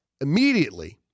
immediately